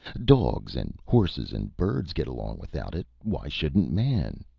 dogs and horses and birds get along without it. why shouldn't man?